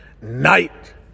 night